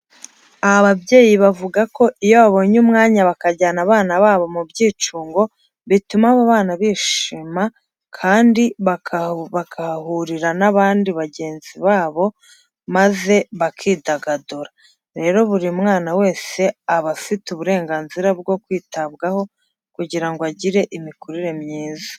Ababyeyi bavuga ko iyo babonye umwanya bakajyana abana babo mu byicungo bituma abo bana bishima kandi bakahahurira n'abandi bagenzi babo maze bakidagadura. Rero buri mwana wese aba afite uburenganzira bwo kwitabwaho kugira ngo agire imikurire myiza.